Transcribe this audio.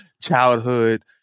childhood